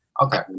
Okay